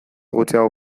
gutxiago